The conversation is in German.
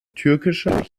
türkischer